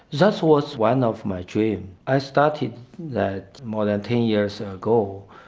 that was one of my dreams. i started that more than ten years ago.